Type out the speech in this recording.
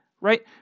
right